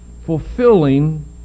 fulfilling